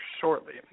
shortly